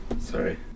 Sorry